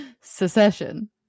Secession